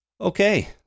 Okay